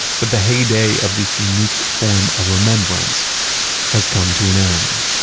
but the heyday of this unique form of remembrance has come to an end